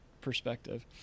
perspective